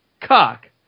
Cock